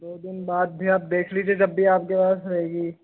दो दिन बाद की आप देख लीजिए जब भी आपके पास रहेंगी